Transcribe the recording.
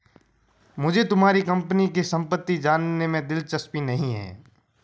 मुझे तुम्हारे कंपनी की सम्पत्ति जानने में दिलचस्पी नहीं है